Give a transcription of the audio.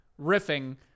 riffing